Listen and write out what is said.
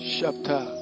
chapter